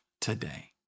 today